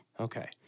Okay